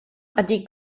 ydy